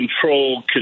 control